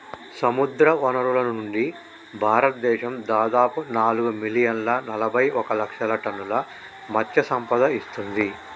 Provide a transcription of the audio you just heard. సముద్రవనరుల నుండి, భారతదేశం దాదాపు నాలుగు మిలియన్ల నలబైఒక లక్షల టన్నుల మత్ససంపద ఇస్తుంది